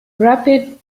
rapid